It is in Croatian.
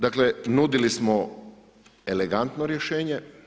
Dakle, nudili smo elegantno rješenje.